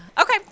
okay